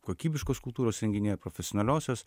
kokybiškos kultūros renginiai ar profesionaliosios